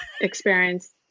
experience